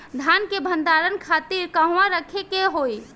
धान के भंडारन खातिर कहाँरखे के होई?